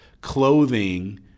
clothing